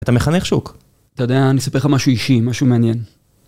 אתה מחנך שוק? אתה יודע, אני אספר לך משהו אישי, משהו מעניין.